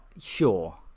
sure